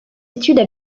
études